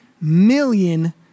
million